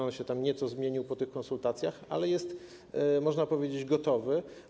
On się tam nieco zmienił po tych konsultacjach, ale jest, można powiedzieć, gotowy.